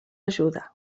ajuda